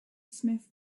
smith